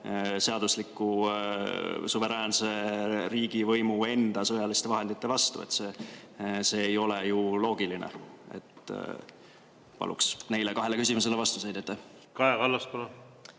seadusliku, suveräänse riigivõimu enda sõjaliste vahendite vastu. See ei ole ju loogiline. Paluks neile kahele küsimusele vastust.